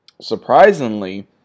surprisingly